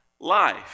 life